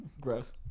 gross